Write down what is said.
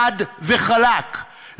חד וחלק.